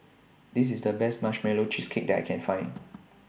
This IS The Best Marshmallow Cheesecake that I Can Find